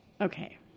Okay